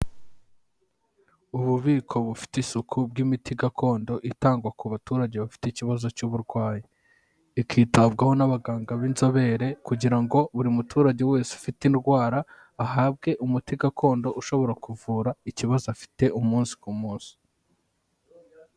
Ububiko bufite isuku bw'imiti gakondo itangwa ku baturage bafite ikibazo cy'uburwayi, ikitabwaho n'abaganga b'inzobere kugira ngo buri muturage wese ufite indwara ahabwe umuti gakondo ushobora kuvura ikibazo afite umunsi ku munsi.